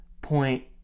point